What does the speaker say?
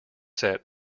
set